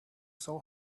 saw